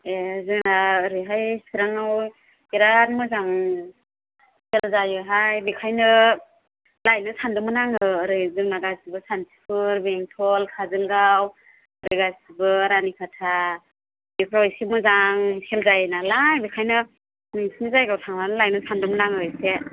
ए जोंहा ओरैहाय चिराङाव बिरात मोजां सेल जायोहाय बेखायनो लायनो सानदोंमोन आङो ओरै जोंना गासिबो सान्तिपुर बेंथल काजलगाव ओरै गासिबो रानिखाथा बेफ्राव एसे मोजां सेल जायो नालाय बेखायनो नोंसिनि जायगायाव थांनानै लायनो सानदोंमोन आङो एसे